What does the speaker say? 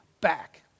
back